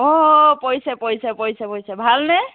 অ পৰিছে পৰিছে পৰিছে পৰিছে ভালনে